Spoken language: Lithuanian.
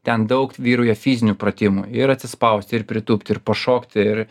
ten daug vyrauja fizinių pratimų ir atsispaust ir pritūpt ir pašokt ir